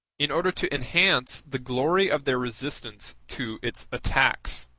in order to enhance the glory of their resistance to its attacks.